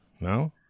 No